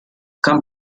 come